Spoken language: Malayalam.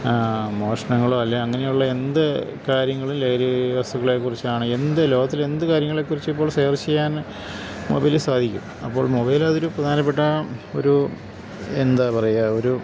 മോഷണങ്ങളോ അല്ലേ അങ്ങനെയുള്ള എന്തു കാര്യങ്ങളും ലഹരി വസ്തുക്കളെക്കുറിച്ചാണ് എന്ത് ലോകത്തിലെന്തു കാര്യങ്ങളെക്കുറിച്ച് ഇപ്പോൾ സേർച്ചെയ്യാൻ മൊബൈലില് സാധിക്കും അപ്പോൾ മൊബൈല് അതൊരു പ്രധാനപ്പെട്ട ഒരു എന്താ പറയുക ഒരു